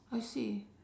I see